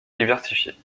diversifiées